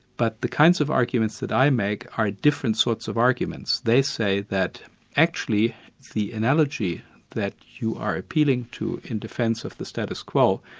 but the kinds of arguments that i make are different sorts of arguments. they say that actually the analogy that you are appealing to in defence of the status quo,